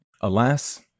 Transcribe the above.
alas